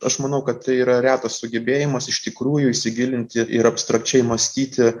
aš manau kad tai yra retas sugebėjimas iš tikrųjų įsigilinti ir abstrakčiai mąstyti